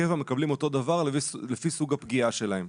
קבע מקבלים אותו דבר לפי סוג הפגיעה שלהם.